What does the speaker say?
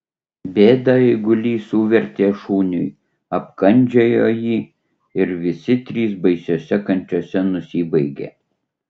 bėdą eigulys suvertė šuniui apkandžiojo jį ir visi trys baisiose kančiose nusibaigė